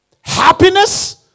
happiness